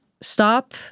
stop